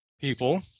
people